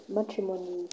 matrimony